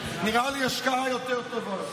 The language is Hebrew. השקעה יותר טובה,